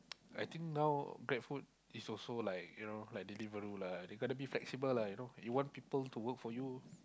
I think now Grab food is also like you know like Deliveroo lah they got to be flexible lah you know you want people to work for you